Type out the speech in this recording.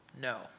no